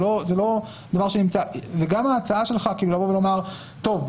גם ההצעה שלך טוב,